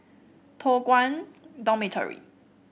Toh Guan Dormitory